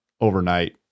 overnight